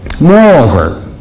Moreover